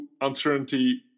uncertainty